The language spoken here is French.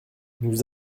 nous